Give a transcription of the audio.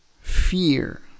fear